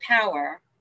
power